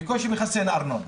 בקושי מכסה את הארנונה.